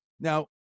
Now